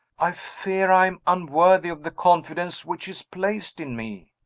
i fear i am unworthy of the confidence which is placed in me.